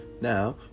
Now